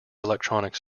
electronic